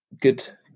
good